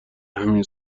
همین